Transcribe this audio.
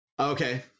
Okay